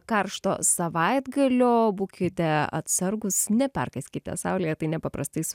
karšto savaitgalio būkite atsargūs neperkaiskite saulėje tai nepaprastai